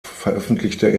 veröffentlichte